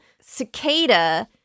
cicada